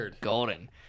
golden